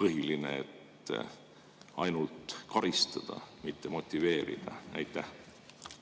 põhiline, et ainult karistada, mitte motiveerida.